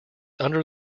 under